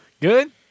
Good